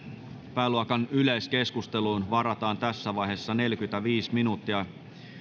pääluokan yleiskeskusteluun varataan tässä vaiheessa neljäkymmentäviisi minuuttia